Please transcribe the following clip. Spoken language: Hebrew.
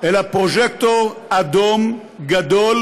אלא פרוז'קטור אדום גדול